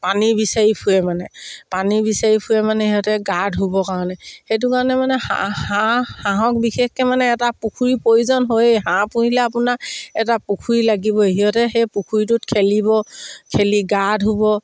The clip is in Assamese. পানী বিচাৰি ফুৰে মানে পানী বিচাৰি ফুৰে মানে সিহঁতে গা ধুবৰ কাৰণে সেইটো কাৰণে মানে হাঁহ হাঁহ হাঁহক বিশেষকৈ মানে এটা পুখুৰী প্ৰয়োজন হয়েই হাঁহ পুহিলে আপোনাৰ এটা পুখুৰী লাগিবই সিহঁতে সেই পুখুৰীটোত খেলিব খেলি গা ধুব